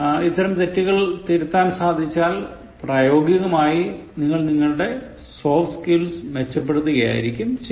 ഇത്തരം തെറ്റുകൾ തിരുത്താൻ സാധിച്ചാൽ പ്രായോഗികമായി നിങ്ങൾ നിങ്ങളുടെ സോഫ്റ്റ് സ്കിൽസ് മെച്ചപ്പെടുത്തുകയായിരികും ചെയ്യുക